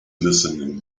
listening